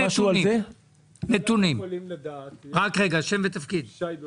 אנחנו יכולים לדעת כי יש לנו